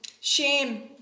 Shame